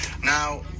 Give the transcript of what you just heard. Now